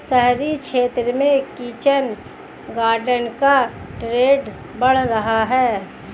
शहरी क्षेत्र में किचन गार्डन का ट्रेंड बढ़ रहा है